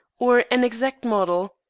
or an exact model.